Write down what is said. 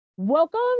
welcome